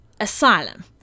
asylum